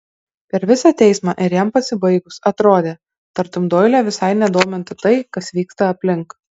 per visą teismą ir jam pasibaigus atrodė tartum doilio visai nedomintų tai kas vyksta aplink